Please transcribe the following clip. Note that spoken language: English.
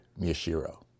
Miyashiro